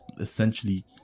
essentially